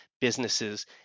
businesses